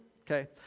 Okay